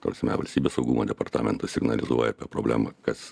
ta prasme valstybės saugumo departamentas signalizuoja apie problemą kas